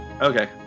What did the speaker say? Okay